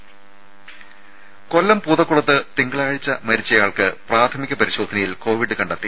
രുദ കൊല്ലം പൂതക്കുളത്ത് തിങ്കളാഴ്ച മരിച്ചയാൾക്ക് പ്രാഥമിക പരിശോധനയിൽ കോവിഡ് കണ്ടെത്തി